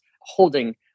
holding